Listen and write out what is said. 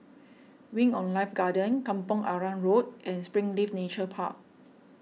Wing on Life Garden Kampong Arang Road and Springleaf Nature Park